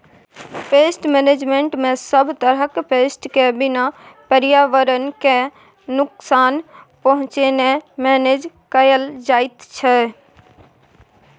pest मेनेजमेन्टमे सब तरहक पेस्ट केँ बिना पर्यावरण केँ नुकसान पहुँचेने मेनेज कएल जाइत छै